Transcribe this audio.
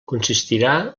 consistirà